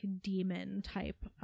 demon-type